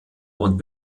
und